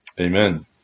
Amen